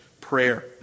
prayer